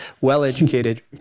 Well-educated